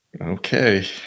Okay